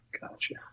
gotcha